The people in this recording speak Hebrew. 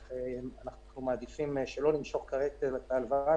אך אנחנו מעדיפים שלא למשוך כעת את ההלוואה,